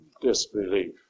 disbelief